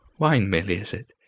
wine merely is it?